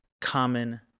common